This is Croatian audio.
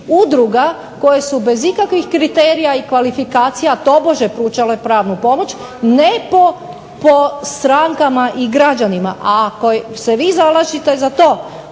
udruga koje su bez ikakvih kriterija i kvalifikacija tobože pružale pravnu pomoć, ne po strankama i građanima. A ako se vi zalažete za to